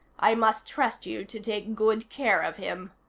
i must trust you to take good care of him.